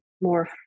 more